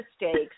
mistakes